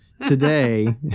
Today